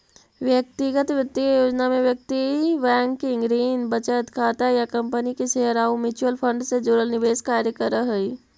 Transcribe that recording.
व्यक्तिगत वित्तीय योजना में व्यक्ति बैंकिंग, ऋण, बचत खाता या कंपनी के शेयर आउ म्यूचुअल फंड से जुड़ल निवेश कार्य करऽ हइ